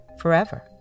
forever